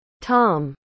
Tom